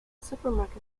supermarket